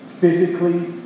Physically